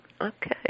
Okay